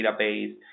database